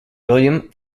william